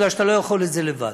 מפני שאתה לא יכול לעשות את זה לבד.